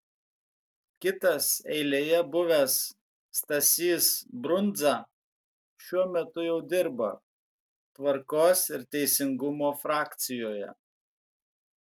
kitas eilėje buvęs stasys brundza šiuo metu jau dirba tvarkos ir teisingumo frakcijoje